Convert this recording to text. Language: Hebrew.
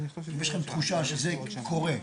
האם יש לכם תחושה שזה קורה?